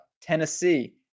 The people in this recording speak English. Tennessee